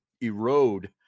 erode